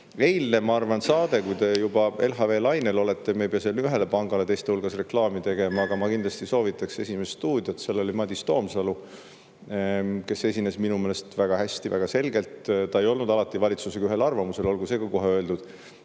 oleme. Eilne saade – kui te juba LHV lainel olete, me ei pea seal ühele pangale teiste hulgas reklaami tegema –, ma kindlasti soovitaksin vaadata "Esimest stuudiot", seal oli Madis Toomsalu, kes esines minu meelest väga hästi, väga selgelt. Ta ei olnud alati valitsusega ühel arvamusel, olgu see ka kohe öeldud,